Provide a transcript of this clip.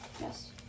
Yes